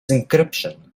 encryption